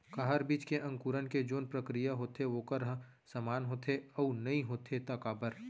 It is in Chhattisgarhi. का हर बीज के अंकुरण के जोन प्रक्रिया होथे वोकर ह समान होथे, अऊ नहीं होथे ता काबर?